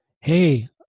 Hey